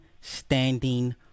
standing